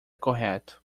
correto